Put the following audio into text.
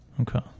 Okay